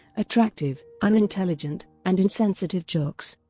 attractive, unintelligent, and insensitive jocks.